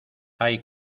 hay